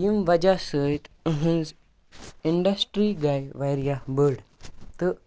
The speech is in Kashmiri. ییٚمہِ وجہہ سۭتۍ یِہنز اِنڈسٹری گے واریاہ بٔڑ تہٕ